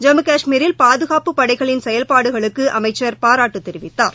ஜம்மு கஷ்மீரில் பாதுகாப்புப் படைகளின் செயல்பாடுகளுக்கு அமைச்சர் பாராட்டு தெரிவித்தார்